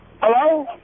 Hello